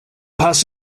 paz